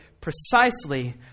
precisely